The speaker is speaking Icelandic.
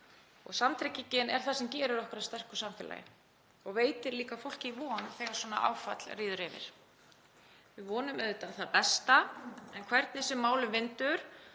samtryggingin er það sem gerir okkur að sterku samfélagi og veitir líka fólki von þegar svona áfall ríður yfir. Við vonum auðvitað það besta en hvernig sem málum vindur